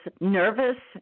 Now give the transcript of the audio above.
nervous